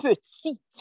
petit